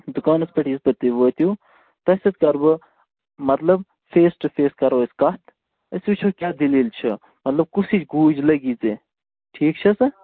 دُکانَس پٮ۪ٹھ یِیِو توٚتُے وٲتِو تۄہہِ سۭتۍ کَرٕ بہٕ مَطلَب فیس ٹُہ فیس کَرو أسۍ کَتھ أسۍ وٕچھو کیٛاہ دٔلیٖل چھِ مطلب کُس ہِش گوٗج لَگی ژےٚ ٹھیٖک چھِ سا